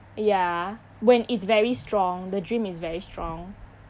ya when it's very strong the dream is very strong